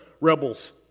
rebels